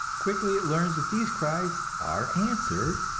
quickly it learns that these cries are answered,